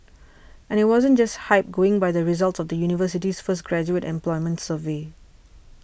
and it wasn't just hype going by the results of the university's first graduate employment survey